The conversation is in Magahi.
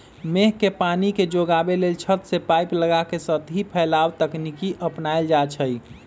मेघ के पानी के जोगाबे लेल छत से पाइप लगा के सतही फैलाव तकनीकी अपनायल जाई छै